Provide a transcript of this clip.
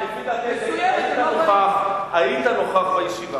זה לא נכון.